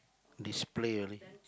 display only